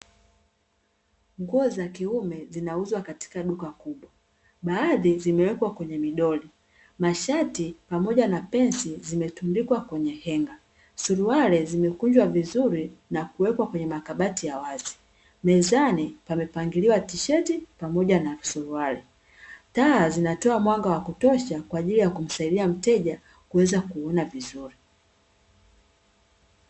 Nguo za kiume zinauzwa katika duka kubwa, baadhi zimewekwa kwenye midoli. Mashati pamoja na pensi zimetundikwa kwenye henga. Suruali zimekunjwa vizuri na kuwekwa kwenye makabati ya wazi. Mezani pamepangiliwa tisheti pamoja na suruali. Taa zinatoa mwanga wa kutosha kwa ajili ya kumsaidia mteja kuweza kuona vizuri.